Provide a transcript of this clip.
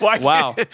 Wow